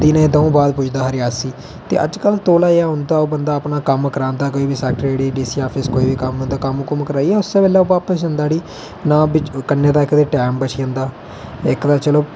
दिने दौं बाद पुजदा हा रियासी ते अजकल औंदा बदां अपना कम्म करांदा सैक्टरेट डिसी आफिस कोई बी कम्म होंदा कम्म कुम्म कराइयै उस्सै बेल्लै ओह् बापस जंदा उठी ना कन्नै ते इक टाइम बची जंदा इक ते चलो